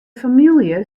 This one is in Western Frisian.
famylje